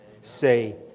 say